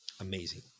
Amazing